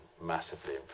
massively